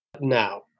now